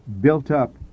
built-up